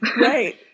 right